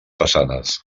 façanes